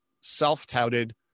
self-touted